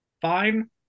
fine